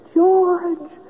George